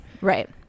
Right